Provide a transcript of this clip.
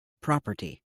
property